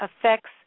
affects